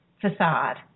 facade